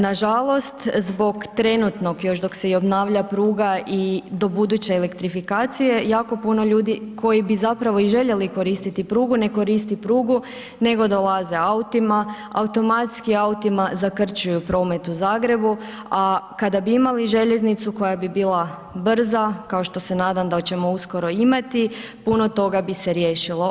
Nažalost zbog trenutno, još dok se i obnavlja i pruga i do buduće elektrifikacije, jako puno ljudi koji bi zapravo i željeli koristiti prugu, ne koristi prugu nego dolaze autima, automatski autima zakrčuju promet u Zagrebu a kada bi imala željeznicu koja bi bila brza kao što se nadam da ćemo uskoro imati, puno toga bi se riješilo.